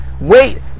wait